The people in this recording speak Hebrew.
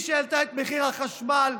היא שהעלתה את מחיר החשמל,